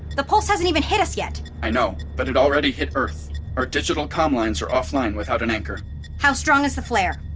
the pulse hasn't even hit us yet! i know, but it already hit earth. our digital comm lines are offline without an anchor how strong is the flare?